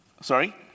Sorry